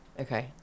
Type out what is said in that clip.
Okay